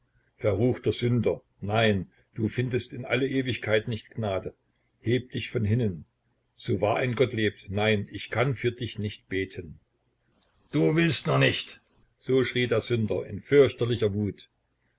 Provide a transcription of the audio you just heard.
verruchter sünder nein du findest in alle ewigkeit nicht gnade heb dich von hinnen so wahr ein gott lebt nein ich kann für dich nicht beten du willst nur nicht so schrie der sünder in fürchterlicher wut